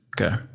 Okay